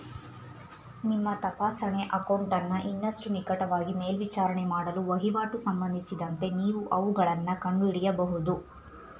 ನಿಮ್ಮ ತಪಾಸಣೆ ಅಕೌಂಟನ್ನ ಇನ್ನಷ್ಟು ನಿಕಟವಾಗಿ ಮೇಲ್ವಿಚಾರಣೆ ಮಾಡಲು ವಹಿವಾಟು ಸಂಬಂಧಿಸಿದಂತೆ ನೀವು ಅವುಗಳನ್ನ ಕಂಡುಹಿಡಿಯಬಹುದು